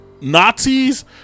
Nazis